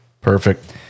Perfect